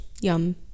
yum